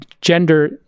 gender